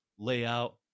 Layout